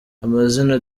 amazina